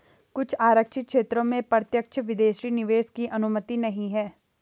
कुछ आरक्षित क्षेत्रों में प्रत्यक्ष विदेशी निवेश की अनुमति नहीं है